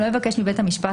לא יבקש הבית המשפט,